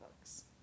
books